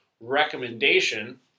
recommendation